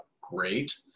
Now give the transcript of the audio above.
great